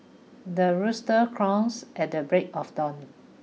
the rooster crows at the break of dawn